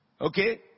Okay